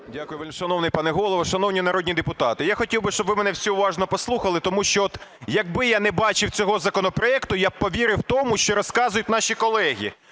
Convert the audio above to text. Дякую. Вельмишановний пане голово, шановні народні депутати! Я хотів би, щоб ви всі мене уважно послухати, тому що якби я не бачив цього законопроекту, я би повірив тому, що розказують наші колеги.